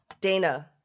Dana